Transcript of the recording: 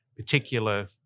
Particular